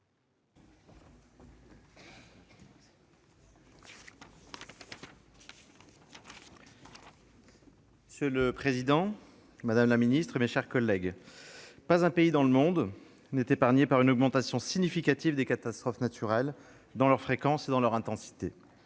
Monsieur le président, madame la secrétaire d'État, mes chers collègues, pas un pays dans le monde n'est épargné par une augmentation significative des catastrophes naturelles, dans leur fréquence et dans leur intensité.